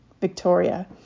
Victoria